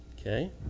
Okay